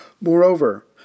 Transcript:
Moreover